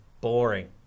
boring